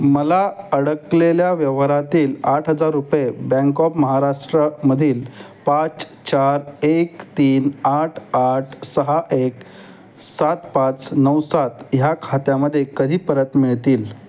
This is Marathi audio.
मला अडकलेल्या व्यवहारातील आठ हजार रुपये बँक ऑफ महाराष्ट्रमधील पाच चार एक तीन आठ आठ सहा एक सात पाच नऊ सात ह्या खात्यामध्ये कधी परत मिळतील